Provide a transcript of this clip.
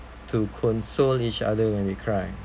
to console each other when we cry